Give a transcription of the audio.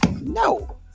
No